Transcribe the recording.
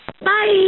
Bye